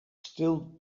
still